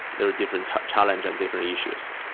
there are different challenge and different issues.